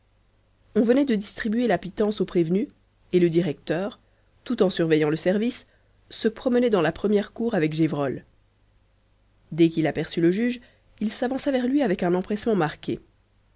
on venait de distribuer la pitance aux prévenus et le directeur tout en surveillant le service se promenait dans la première cour avec gévrol dès qu'il aperçut le juge il s'avança vers lui avec un empressement marqué